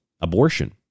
abortion